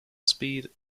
speed